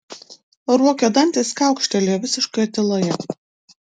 ruokio dantys kaukštelėjo visiškoje tyloje